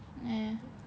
eh